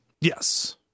yes